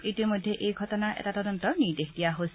ইতিমধ্যে এই ঘটনাৰ এটা তদন্তৰ নিৰ্দেশ দিয়া হৈছে